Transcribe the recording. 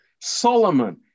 Solomon